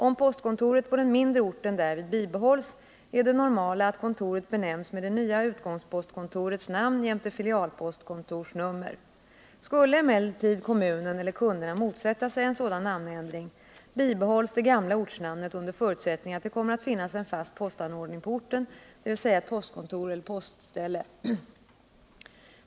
Om postkontoret på den mindre orten därvid bibehålls, är det normala att kontoret benämns med det nya utgångspostkontorets namn jämte filialpostkontorsnummer. Skulle emellertid kommunen eller kunderna motsätta sig en sådan namnändring, bibehålls det gamla ortsnamnet under förutsättning att det kommer att finnas en fast postanordning på orten, dvs. ett kontor eller ett postställe.